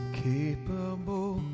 capable